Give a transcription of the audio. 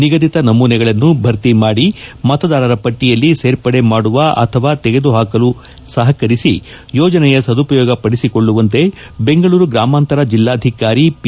ನಿಗದಿತ ನಮೂನೆಗಳನ್ನು ಭರ್ತಿ ಮಾಡಿ ಮತದಾರರ ಪಟ್ಟಿಯಲ್ಲಿ ಸೇರ್ಪಡೆ ಮಾಡುವ ಅಥವಾ ತೆಗೆದುಹಾಕಲು ಸಹಕರಿಸಿ ಯೋಜನೆಯ ಸದುಪಯೋಗ ಪಡಿಸಿಕೊಳ್ಳುವಂತೆ ಬೆಂಗಳೂರು ಗ್ರಾಮಾಂತರ ಜಿಲ್ಲಾಧಿಕಾರಿ ಪಿ